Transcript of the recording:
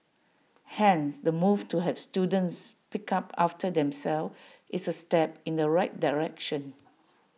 hence the move to have students pick up after themselves is A step in the right direction